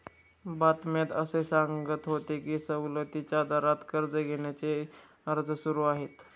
बातम्यात असे सांगत होते की सवलतीच्या दरात कर्ज घेण्याचे अर्ज सुरू आहेत